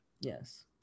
Yes